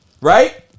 right